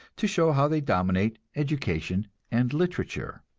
to show how they dominate education and literature.